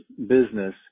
business